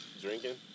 drinking